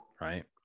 Right